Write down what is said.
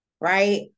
Right